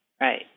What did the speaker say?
right